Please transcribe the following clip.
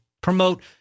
promote